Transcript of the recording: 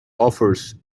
offers